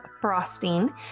frosting